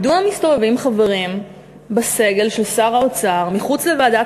מדוע מסתובבים חברים בסגל של שר האוצר מחוץ לוועדת